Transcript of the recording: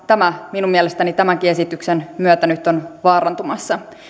tämä minun mielestäni tämänkin esityksen myötä nyt on vaarantumassa